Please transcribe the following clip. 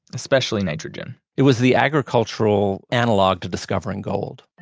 especially nitrogen it was the agricultural analog to discovering gold